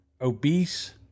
obese